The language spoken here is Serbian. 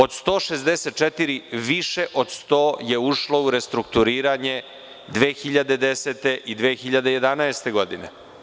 Od 164 više od 100 je ušlo u restrukturiranje 2010. i 2011. godine.